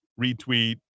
retweet